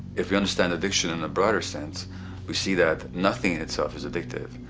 if you understand addiction in the broader sense we see that nothing in itself is addictive.